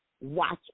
watch